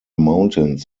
mountains